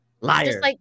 Liar